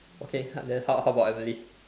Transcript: okay hard then how how about Emily